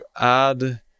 add